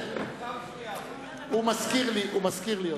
הוא מזכיר לי אותך.